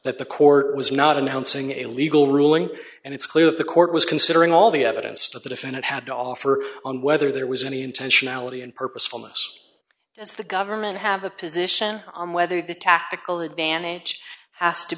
that the court was not announcing a legal ruling and it's clear that the court was considering all the evidence that the defendant had to offer on whether there was any intentionality and purposefulness that's the government have a position on whether the tactical advantage as